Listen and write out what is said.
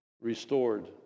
restored